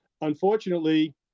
Unfortunately